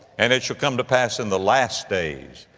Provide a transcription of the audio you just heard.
and it shall come to pass in the last days,